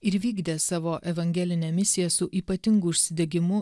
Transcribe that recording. ir vykdė savo evangelinę misiją su ypatingu užsidegimu